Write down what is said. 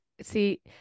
See